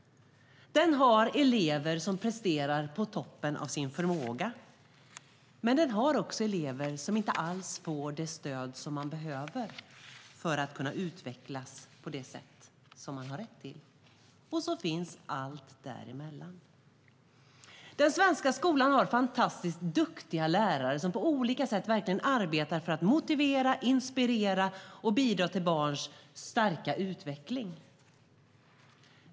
Den har elever som presterar på toppen av sin förmåga. Men den har också elever som inte alls får det stöd som de behöver för att kunna utvecklas på det sätt som man har rätt till. Och så finns allt däremellan. Den svenska skolan har fantastiskt duktiga lärare som på olika sätt verkligen arbetar för att motivera, inspirera och bidra till barns starka utveckling.